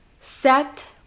Set